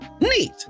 Neat